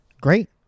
Great